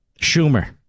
Schumer